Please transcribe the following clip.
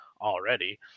already